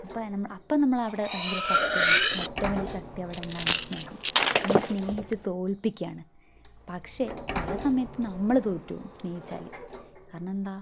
അപ്പം നമ്മൾ അപ്പം നമ്മൾ അവിടെ ഭയങ്കര ശക്തിയാണ് നമ്മൾ ഏറ്റവും വലിയ ശക്തി അവിടെ എന്താണ് സ്നേഹം നമ്മൾ സ്നേഹിച്ചു തോൽപ്പിക്കുകയാണ് പക്ഷെ ചില സമയത്ത് നമ്മൾ തോറ്റുപോവും സ്നേഹിച്ചാൽ കാരണമെന്താ